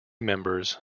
members